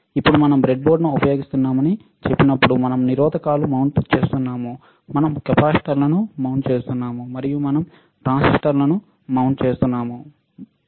ఇప్పుడు మనం బ్రెడ్బోర్డును ఉపయోగిస్తున్నామని చెప్పినప్పుడు మనం నిరోధకాలు మౌంటు చేస్తున్నాము మనం కెపాసిటర్లను మౌంట్ చేస్తున్నాము మరియు మనం ట్రాన్సిస్టర్లను మౌంటు చేస్తున్నాము